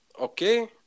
Okay